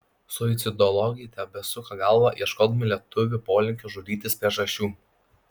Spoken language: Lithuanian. suicidologai tebesuka galvą ieškodami lietuvių polinkio žudytis priežasčių